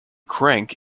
crank